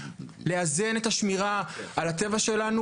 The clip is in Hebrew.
לאזן את השמירה על הטבע שלנו,